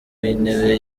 w’intebe